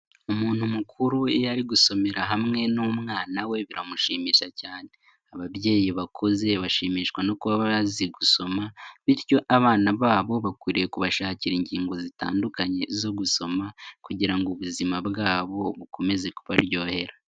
Umuntu mukuru iyo gusomera hamwe n'umwana we biramushimisha cyane, ababyeyi bakuze bashimishwa no kuba bazi gusoma bityo abana babo bakwiriye kubashakira ingingo zitandukanye zo gusoma kugira ngo ubuzima bwabo bukomeze kubaryohera.